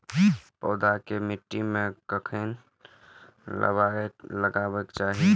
पौधा के मिट्टी में कखेन लगबाके चाहि?